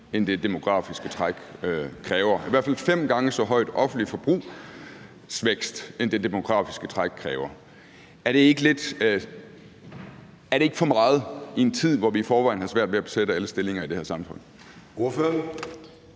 end det demografiske træk kræver, eller i hvert fald fem gange så høj en offentlig forbrugsvækst, end det demografiske træk kræver. Er det ikke for meget i en tid, hvor vi i forvejen har svært ved at besætte alle stillinger i det her samfund?